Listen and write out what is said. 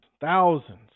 thousands